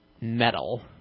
metal